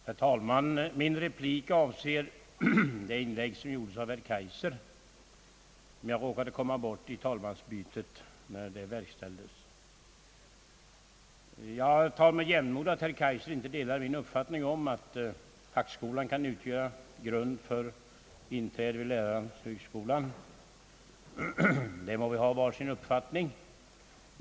Herr talman! Min replik avser det inlägg som gjordes av herr Kaijser, men jag råkade komma bort vid talmansbytet! Jag tar med jämnmod att herr Kaijser inte delar min uppfattning om att fackskolan kan utgöra grund för inträde vid lärarhögskolan. Där må vi ha var sin uppfattning.